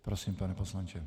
Prosím, pane poslanče.